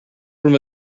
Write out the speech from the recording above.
from